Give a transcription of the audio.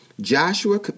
Joshua